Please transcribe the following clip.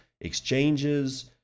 exchanges